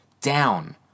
down